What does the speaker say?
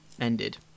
ended